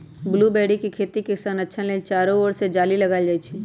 blueberry के खेती के संरक्षण लेल चारो ओर से जाली लगाएल जाइ छै